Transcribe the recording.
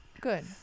Good